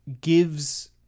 gives